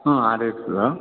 ಹಾಂ